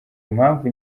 impamvu